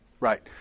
Right